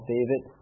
David